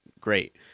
great